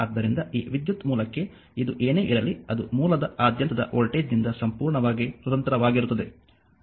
ಆದ್ದರಿಂದ ಈ ವಿದ್ಯುತ್ ಮೂಲಕ್ಕೆ ಇದು ಏನೇ ಇರಲಿ ಅದು ಮೂಲದ ಆದ್ಯಂತದ ವೋಲ್ಟೇಜ್ನಿಂದ ಸಂಪೂರ್ಣವಾಗಿ ಸ್ವತಂತ್ರವಾಗಿರುತ್ತದೆ